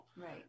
right